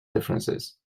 differences